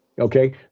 Okay